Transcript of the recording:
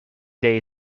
day